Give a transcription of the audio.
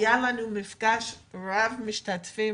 היה לנו מפגש רב משתתפים